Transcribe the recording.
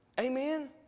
Amen